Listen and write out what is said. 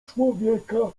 człowieka